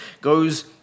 goes